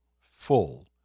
full